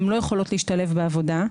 הן לא יכולות להשתלב בעבודה.